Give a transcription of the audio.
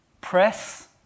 Press